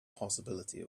possibility